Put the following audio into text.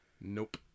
Nope